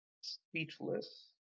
Speechless